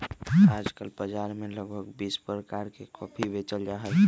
आजकल बाजार में लगभग बीस प्रकार के कॉफी बेचल जाहई